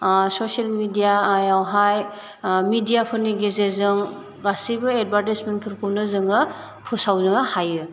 social media आवहाय मेडियाफोरनि गेजेरजों गासैबो एडभारटाइसमेन्ट फोरखौनो जोङो फोसावनो हायो